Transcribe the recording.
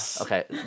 Okay